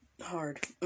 Hard